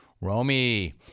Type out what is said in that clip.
Romy